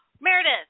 meredith